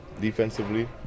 defensively